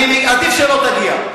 עדיף שלא תגיע.